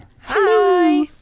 Hi